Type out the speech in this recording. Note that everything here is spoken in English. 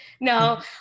No